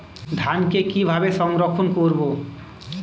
ধানকে কিভাবে সংরক্ষণ করব?